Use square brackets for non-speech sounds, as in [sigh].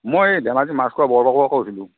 মই এই ধেমাজি মাজখোৱা [unintelligible] পা কৈছিলোঁ